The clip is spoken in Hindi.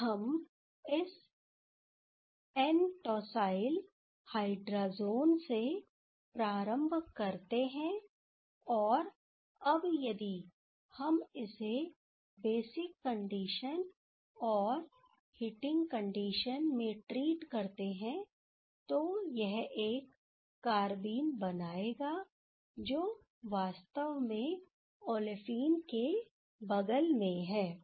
अगर हम इस एन टॉसाइल हाइड्राजोन से प्रारंभ करते हैं और अब यदि हम इसे बेसिक कंडीशन और हिटिंग कंडीशन में ट्रीट करते हैं तो यह एक कारबीन बनाएगा जो वास्तव में एक ओलेफिन के बगल में है